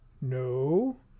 No